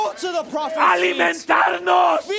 alimentarnos